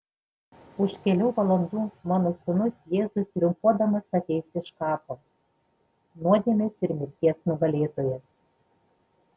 už kelių valandų mano sūnus jėzus triumfuodamas ateis iš kapo nuodėmės ir mirties nugalėtojas